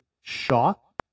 shock